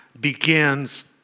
begins